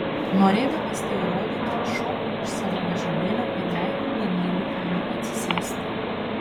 norėdamas tai įrodyti iššokau iš savo vežimėlio ir leidau danieliui į jį atsisėsti